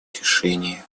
решения